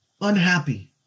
unhappy